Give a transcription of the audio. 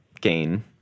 gain